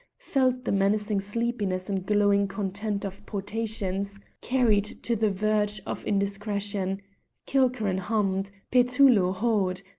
felt the menacing sleepiness and glowing content of potations carried to the verge of indiscretion kilkerran hummed, petullo hawed,